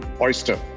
oyster